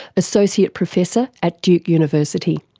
associate professor at duke university.